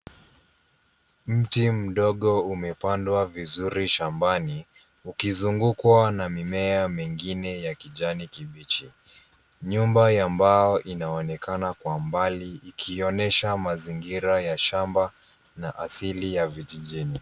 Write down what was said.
Mti mdogo umepandwa vizuri shambani ukizungwa na mimea mengine ya kijani kibichi, nyumba ya mbao inaonekana kwa mbali ikionyesha mazingira ya shamba na asili ya vijijini.